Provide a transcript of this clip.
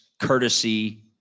courtesy